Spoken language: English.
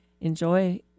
enjoy